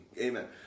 Amen